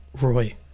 Roy